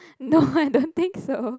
no I don't think so